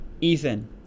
Ethan